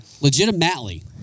Legitimately